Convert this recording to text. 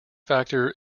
factor